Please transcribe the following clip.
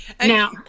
Now